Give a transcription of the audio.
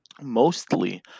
mostly